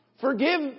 Forgive